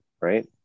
Right